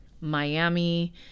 Miami